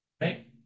right